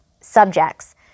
subjects